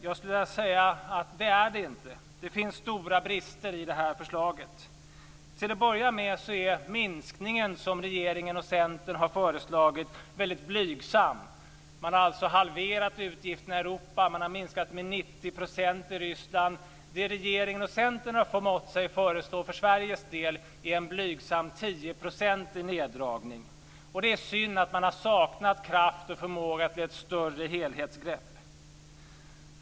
Jag skulle vilja säga att det inte är det. Det finns stora brister i förslaget. För det första är minskningen som regeringen och Centern har föreslagit väldigt blygsam. Ute i Europa har man alltså halverat utgifterna. Man har minskat med 90 % i Ryssland. Det som regeringen och Centern har förmått sig att föreslå för Sveriges del är en blygsam 10-procentig neddragning. Det är synd att man har saknat kraft och förmåga att ta ett större helhetsgrepp.